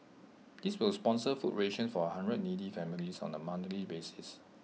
this will sponsor food rations for A hundred needy families on A monthly basis